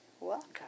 Welcome